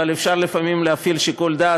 אבל אפשר לפעמים להפעיל שיקול דעת.